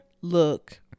Look